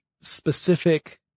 specific